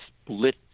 split